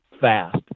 fast